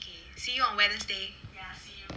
okay see you on wednesday